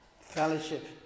fellowship